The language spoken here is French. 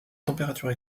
température